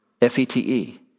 f-e-t-e